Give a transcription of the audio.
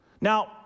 Now